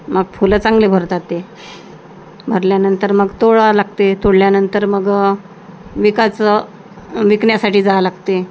मग फुलं चांगले भरतात ते भरल्यानंतर मग तोडावं लागते तोडल्यानंतर मग विकायचं विकण्यासाठी जावं लागते